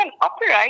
operate